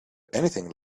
anything